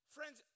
Friends